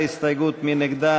מי נגד?